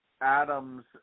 Adams